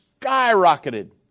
skyrocketed